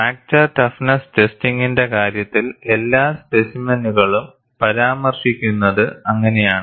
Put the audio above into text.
fracture toughness ടെസ്റ്റിംഗിന്റെ കാര്യത്തിൽ എല്ലാ സ്പെസിമെനുകളും പരാമർശിക്കുന്നത് അങ്ങനെയാണ്